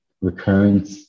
recurrent